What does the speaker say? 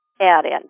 add-in